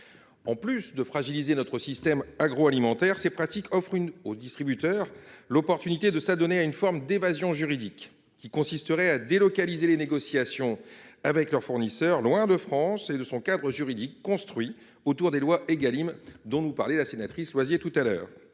En plus de fragiliser notre écosystème agroalimentaire, ces pratiques offrent aux distributeurs la possibilité de s’adonner à une forme d’évasion juridique, qui consiste à délocaliser les négociations avec leurs fournisseurs loin de la France et de son cadre juridique construit autour des lois Égalim. Madame la ministre, comment justifiez